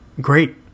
great